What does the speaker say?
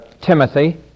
Timothy